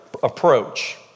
approach